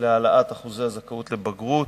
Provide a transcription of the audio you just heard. להעלאת אחוזי הזכאות לבגרות,